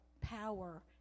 power